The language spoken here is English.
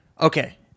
Okay